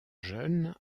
jeune